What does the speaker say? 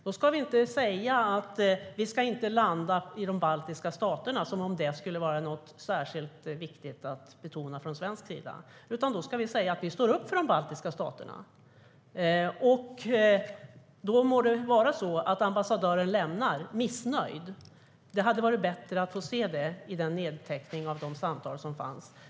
Då ska vi inte säga att vi inte ska landa i de baltiska staterna, som om det skulle vara något särskilt viktigt att betona från svensk sida, utan vi ska säga att vi står upp för de baltiska staterna. Det må vara att ambassadören går därifrån missnöjd. Det hade varit bättre om det hade stått i nedteckningen av de samtal som fördes.